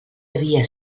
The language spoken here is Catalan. havia